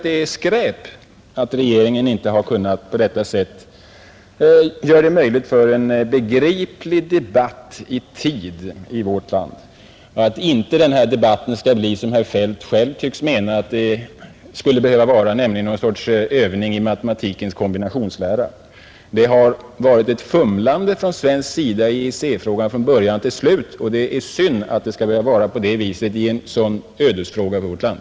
Det är skräp att regeringen inte har kunnat göra det möjligt för oss att i tid ha en begriplig debatt härom i vårt land. En EEC-debatt skulle inte, som herr Feldt tycks mena, behöva vara någon sorts övning i matematikens kombinationslära. Det har från början till slut varit ett fumlande från svensk sida i EEC-frågan. Det är synd att det skall behöva vara så i en sådan ödesfråga för vårt land.